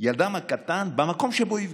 ילדם הקטן, במקום שבו היא הפגינה.